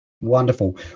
Wonderful